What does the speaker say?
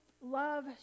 love